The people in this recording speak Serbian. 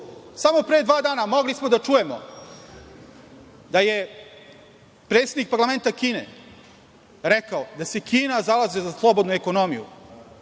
pre dva dana mogli smo da čujemo da je predsednik parlamenta Kine rekao da se Kina zalaže za slobodnu ekonomiju,